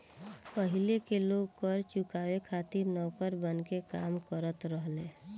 पाहिले के लोग कर चुकावे खातिर नौकर बनके काम करत रहले